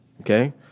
okay